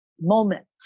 moments